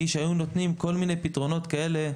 הן שהיו נותנים כל מיני פתרונות כאלה ואחרים,